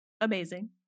amazing